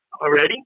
already